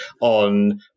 on